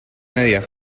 media